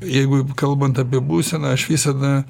jeigu kalbant apie būseną aš visada